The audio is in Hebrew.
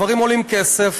הדברים עולים כסף.